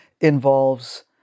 involves